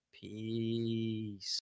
peace